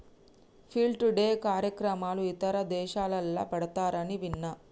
field day కార్యక్రమాలు ఇతర దేశాలల్ల పెడతారని విన్న